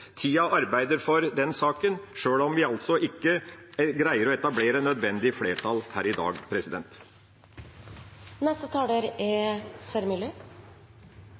arbeider tida for den saken – sjøl om vi altså ikke greier å etablere nødvendig flertall her i dag. Det er